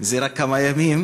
זה רק כמה ימים,